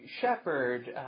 shepherd